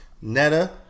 Netta